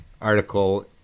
article